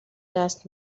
دست